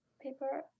paper